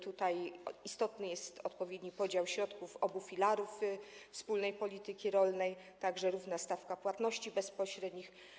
Tutaj istotny jest odpowiedni podział środków obu filarów wspólnej polityki rolnej, a także równa stawka płatności bezpośrednich.